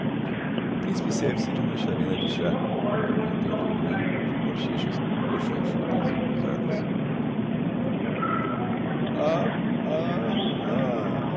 o principe serve-se de uma chavena de chá e contempla o groom de bochechas rochonchudas e rosadas ah ah ah